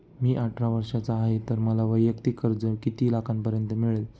मी अठरा वर्षांचा आहे तर मला वैयक्तिक कर्ज किती लाखांपर्यंत मिळेल?